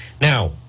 Now